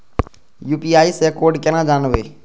UPI से code केना जानवै?